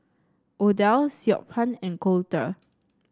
Odell Siobhan and Colter